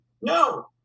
No